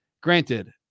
granted